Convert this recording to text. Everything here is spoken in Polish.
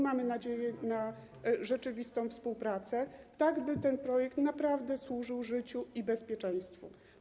Mamy nadzieję na rzeczywistą współpracę, tak by ten projekt naprawdę służył życiu i bezpieczeństwu.